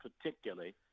particularly